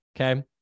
okay